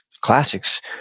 classics